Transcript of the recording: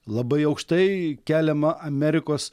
labai aukštai keliama amerikos